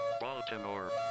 Baltimore